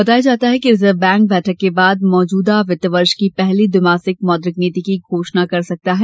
बताया जाता है कि रिजर्व बैंक बैठक के बाद मौजूदा वित्त वर्ष की पहली द्विमासिक मौद्रिक नीति की घोषणा कर सकता है